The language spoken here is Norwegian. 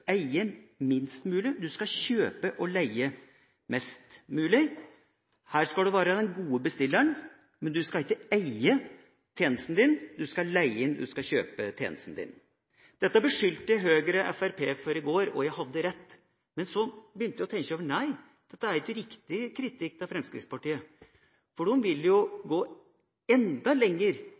og leie mest mulig. Her skal en skal være den gode bestilleren, men en skal ikke eie tjenesten sin. En skal leie, og en skal kjøpe tjenesten sin. Dette beskyldte Høyre Fremskrittspartiet for i går, og jeg hadde rett. Men så begynte jeg å tenke over det, og nei, dette er ikke riktig kritikk av Fremskrittspartiet. For de vil jo gå enda lenger